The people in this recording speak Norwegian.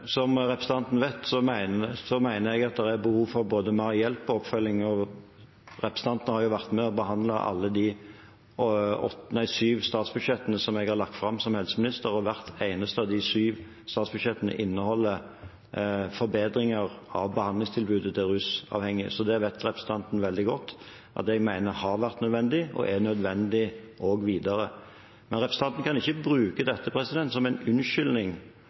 Som representanten vet, mener jeg at det er behov for både mer hjelp og mer oppfølging. Representanten har jo vært med og behandlet alle de sju statsbudsjettene som jeg har lagt fram som helseminister, og hvert eneste av de sju statsbudsjettene har inneholdt forbedringer av behandlingstilbudet til rusavhengige. Så representanten vet veldig godt at jeg mener det har vært nødvendig, og at det er nødvendig også videre. Men representanten kan ikke bruke dette som en unnskyldning